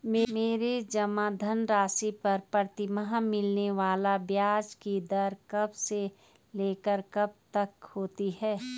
मेरे जमा धन राशि पर प्रतिमाह मिलने वाले ब्याज की दर कब से लेकर कब तक होती है?